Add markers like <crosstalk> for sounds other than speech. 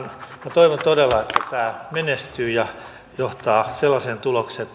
toivon todella että tämä menestyy ja johtaa sellaiseen tulokseen <unintelligible>